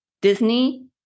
Disney